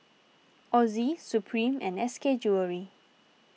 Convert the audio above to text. Ozi Supreme and S K Jewellery